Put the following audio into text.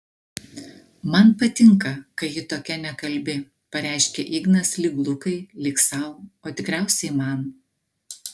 man patinka kai ji tokia nekalbi pareiškia ignas lyg lukai lyg sau o tikriausiai man